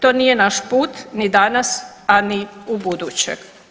To nije naš put ni danas, a ni u buduće.